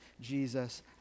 jesus